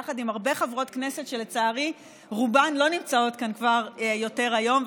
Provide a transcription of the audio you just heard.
יחד עם הרבה חברות כנסת שלצערי רובן לא נמצאות כאן כבר יותר היום,